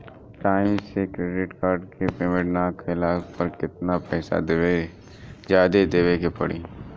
Time से credit card के payment ना कैला पर केतना पईसा जादे देवे के पड़ी?